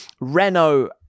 Renault